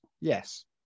Yes